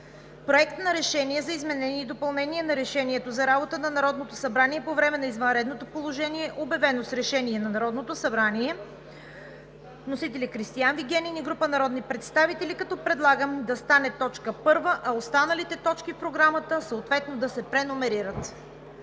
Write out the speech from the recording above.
Проект на решение за изменение и допълнение на Решението за работата на Народното събрание по време на извънредното положение, обявено с Решение на Народното събрание. Вносители: Кристиан Вигенин и група народни представители, като предлагам да стане точка първа, а останалите точки в Програмата съответно да се преномерират.